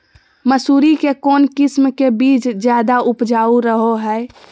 मसूरी के कौन किस्म के बीच ज्यादा उपजाऊ रहो हय?